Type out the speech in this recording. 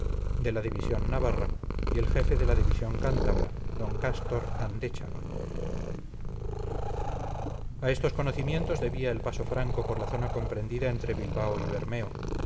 de la división navarra y el jefe de la división cántabra don cástor andéchaga a estos conocimientos debía el paso franco por la zona comprendida entre bilbao y bermeo